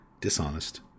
dishonest